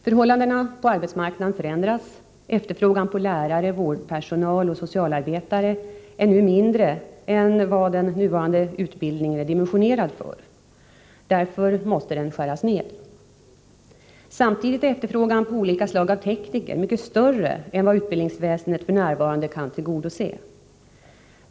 Förhållandena på arbetsmarknaden förändras. Efterfrågan på lärare, vårdpersonal och socialarbetare är nu mindre än vad den nuvarande utbildningen är dimensionerad för. Därför måste den skäras ner. Samtidigt är efterfrågan på olika slag av tekniker mycket större än vad utbildningsväsendet f. n. kan tillgodose.